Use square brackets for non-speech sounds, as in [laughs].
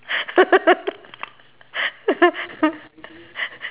[laughs]